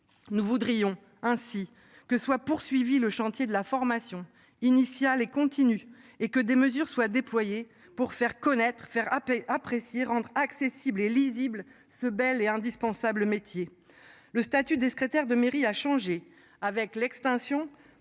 Nous voudrions ainsi que soit poursuivi le chantier de la formation initiale et continue et que des mesures soient déployés pour faire connaître faire happer apprécié rendre accessible et lisible ce bel et indispensable métier. Le statut des secrétaires de mairie a changé avec l'extension